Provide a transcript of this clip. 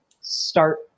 start